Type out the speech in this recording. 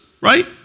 right